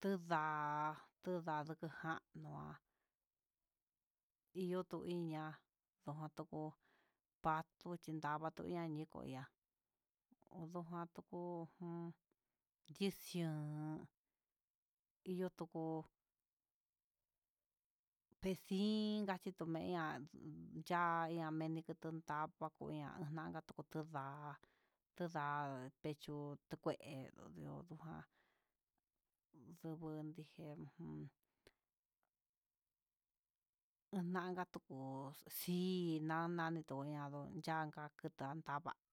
tunda'a, tunda janu'a, iyo'o tuiña nduko pasto chindava tuña'a niki ya'á, unduan tuku ujun ndician iyo'o tuko'o, pesin kachi tiumen ihá ya'a yameni kutun ndava'a kuñan ndaka tukuda, kuda'a pecho kue tundio nujan ndubu dije ujun endanka yuku si nan nani tuya'a ndo'o yanda tuchanda'a va'a.